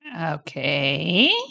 Okay